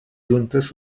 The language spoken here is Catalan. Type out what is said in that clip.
juntes